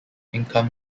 income